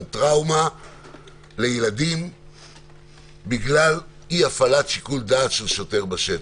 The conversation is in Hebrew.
טראומה לילדים בגלל אי הפעלת שיקול דעת של שוטר בשטח.